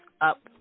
up